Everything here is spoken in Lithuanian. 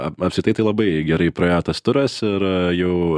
ap apskritai tai labai gerai praėjo tas turas ir jau